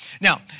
Now